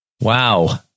wow